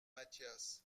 mathias